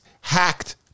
Hacked